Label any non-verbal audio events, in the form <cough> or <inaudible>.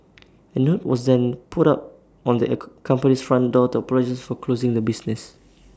A note was then put up on the <unintelligible> company's front door to apologise for closing the business